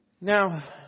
Now